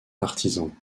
partisans